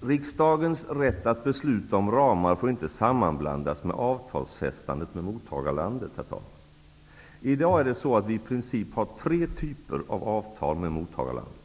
Riksdagens rätt att besluta om ramar får inte sammanblandas med avtalsfästandet med mottagarlandet, herr talman. I dag har vi i princip tre typer av avtal med mottagarlandet.